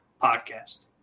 podcast